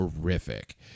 horrific